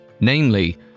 namely